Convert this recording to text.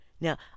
Now